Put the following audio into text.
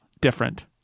different